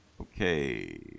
Okay